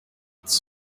its